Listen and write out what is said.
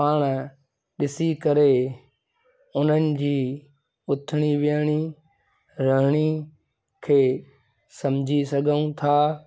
पाण ॾिसी करे उन्हनि जी उथिणी विहणी रहणी खे समुझी सघूं था